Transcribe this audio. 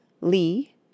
lee